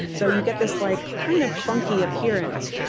so you get this like, kind of clunky appearance.